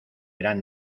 eran